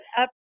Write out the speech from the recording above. up